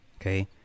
Okay